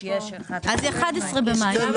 הצבעה הרוויזיה לא